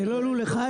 זה לא לול אחד,